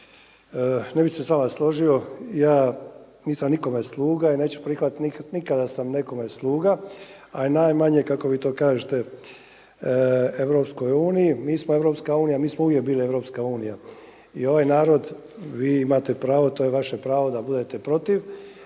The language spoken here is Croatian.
ne bi se s vama složio. Ja nisam nikome sluga i neću prihvatiti nikada da sam nekome sluga, a najmanje kako vi to kažete EU. Mi smo EU, mi smo uvijek bili EU i ovaj narod, vi imate pravo, to je vaše pravo da budete protiv,